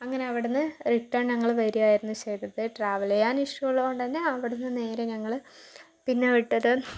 അങ്ങനെ അവിടന്ന് റിട്ടേൺ ഞങ്ങള് വരികയായിരുന്ന് വെറുതെ ട്രാവല് ചെയ്യാൻ ഇഷ്ട്ടമുള്ളത് കൊണ്ട് തന്നെ അവിടുന്ന് നേരെ ഞങ്ങള് പിന്നെ വിട്ടത്